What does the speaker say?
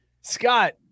Scott